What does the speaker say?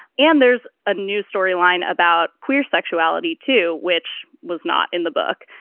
and there's a new storyline about queer sexuality, too, which was not in the book.